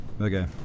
Okay